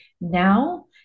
now